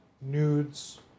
nudes